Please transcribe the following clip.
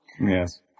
Yes